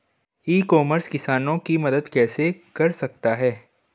ई commerce किसानों की मदद कैसे कर सकता है?